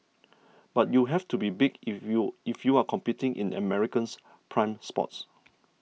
but you have to be big if you if you are competing in America's prime spots